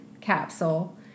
capsule